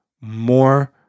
more